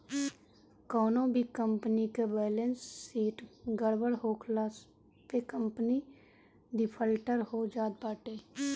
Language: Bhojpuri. कवनो भी कंपनी कअ बैलेस शीट गड़बड़ होखला पे कंपनी डिफाल्टर हो जात बाटे